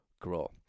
grow